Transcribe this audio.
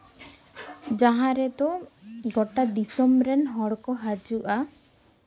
ᱡᱟᱦᱟᱸ ᱨᱮᱫᱚ ᱜᱳᱴᱟ ᱫᱤᱥᱚᱢ ᱨᱮᱱ ᱦᱚᱲ ᱠᱚ ᱦᱤᱡᱩᱜᱼᱟ